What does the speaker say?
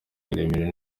miremire